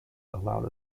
allowed